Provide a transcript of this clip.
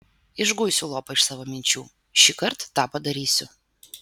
išguisiu lopą iš savo minčių šįkart tą padarysiu